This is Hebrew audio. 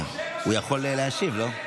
הוא יכול להשיב, לא?